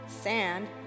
sand